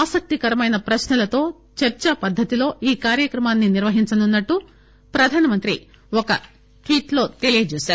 ఆసక్తికరమైన ప్రశ్నలతో చర్చా పద్దతిలో ఈ కార్యక్రమాన్ని నిర్వహించనున్నట్లు ప్రధానమంత్రి ఒక ట్వీట్ లో తెలియజేశారు